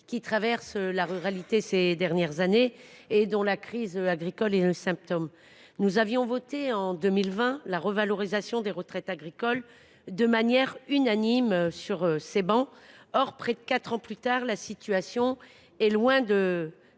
que la ruralité connaît ces dernières années et dont la crise agricole est le symptôme. En 2020, nous avions voté la revalorisation des retraites agricoles de manière unanime sur ces travées. Or, près de quatre ans plus tard, la situation est loin de